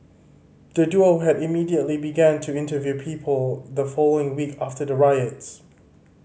the duo had immediately began to interview people the following week after the riots